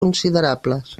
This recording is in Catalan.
considerables